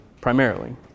primarily